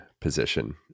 position